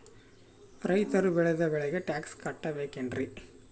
ರೈತರು ಬೆಳೆದ ಬೆಳೆಗೆ ಟ್ಯಾಕ್ಸ್ ಕಟ್ಟಬೇಕೆನ್ರಿ?